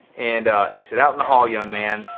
and he said out in the hall, young man,